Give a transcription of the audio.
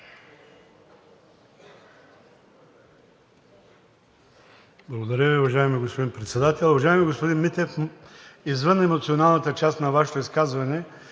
Благодаря Ви, уважаеми господин Председател. Уважаеми господин Митев, извън емоционалната част на Вашето изказване,